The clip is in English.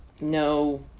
no